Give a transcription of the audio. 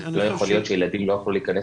לא יכול להיות שילדים לא יוכלו להכנס